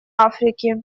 африки